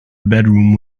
bedroom